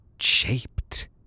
shaped